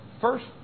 first